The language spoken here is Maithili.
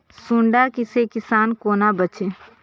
सुंडा से किसान कोना बचे?